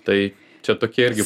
tai čia tokie irgi